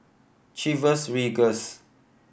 Chivas Regals